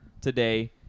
today